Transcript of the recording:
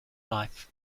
life